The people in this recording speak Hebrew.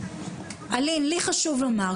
אלין, לי חשוב לומר.